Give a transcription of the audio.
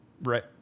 Right